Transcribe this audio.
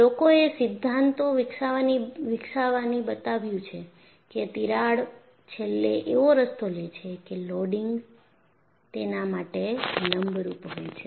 લોકોએ સિદ્ધાંતો વિકસાવીને બતાવ્યું છે કે તિરાડ છેલ્લે એવો રસ્તો લે છે કે લોડિંગ તેના માટે લંબરૂપ હોય છે